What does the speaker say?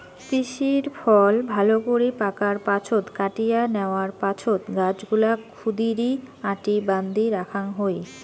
তিসির ফল ভালকরি পাকার পাছত কাটিয়া ন্যাওয়ার পাছত গছগুলাক ক্ষুদিরী আটি বান্ধি রাখাং হই